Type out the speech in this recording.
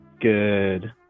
good